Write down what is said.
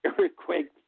Earthquake